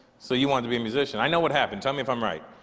so you wanted to be a musician-i know what happened tell me if i'm right.